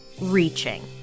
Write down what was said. Reaching